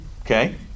okay